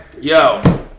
Yo